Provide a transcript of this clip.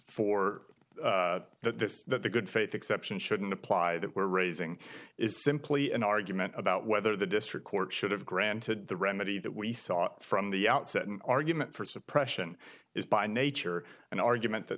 for that that the good faith exception shouldn't apply that we're raising is simply an argument about whether the district court should have granted the remedy that we saw from the outset an argument for suppression is by nature an argument that